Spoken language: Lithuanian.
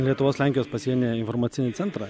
lietuvos lenkijos pasienyje informacinį centrą